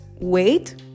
wait